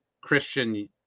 Christian